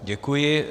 Děkuji.